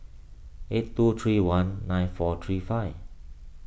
eight two three one nine four three five